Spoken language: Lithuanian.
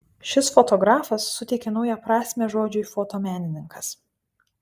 šis fotografas suteikė naują prasmę žodžiui fotomenininkas